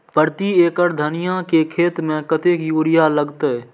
प्रति एकड़ धनिया के खेत में कतेक यूरिया लगते?